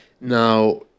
Now